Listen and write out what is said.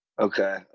Okay